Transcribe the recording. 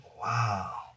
wow